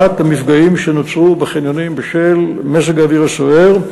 המפגעים שנוצרו בחניונים בשל מזג האוויר הסוער.